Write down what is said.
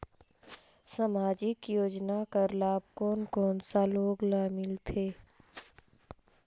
समाजिक योजना कर लाभ कोन कोन सा लोग ला मिलथे?